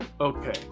Okay